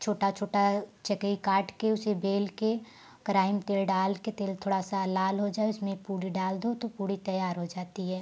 छोटा छोटा चकई काट के उसे बेल के कराही में तेल डाल के तेल थोड़ा सा लाल हो जाए उसमें पूड़ी डाल दो तो पूड़ी तैयार हो जाती है